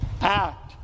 act